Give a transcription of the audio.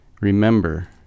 remember